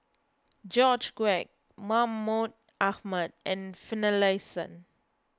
George Quek Mahmud Ahmad and Finlayson